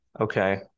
Okay